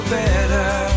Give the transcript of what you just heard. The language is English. better